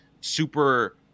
super